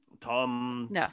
Tom